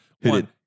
one